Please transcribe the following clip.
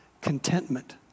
contentment